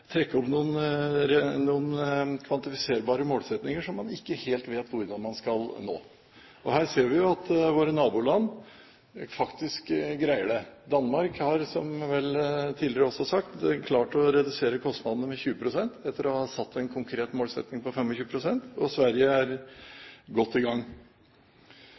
opp noen kvantifiserbare målsettinger som man ikke helt vet hvordan man skal nå. Her ser vi jo at våre naboland faktisk greier det. Danmark har, som vel også tidligere sagt, klart å redusere kostnadene med 20 pst., etter en konkret målsetting om 25 pst. Og Sverige er godt i gang.